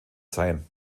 sein